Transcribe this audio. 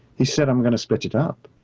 he said, i'm going to switch it up.